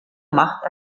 macht